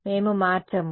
మేము మార్చము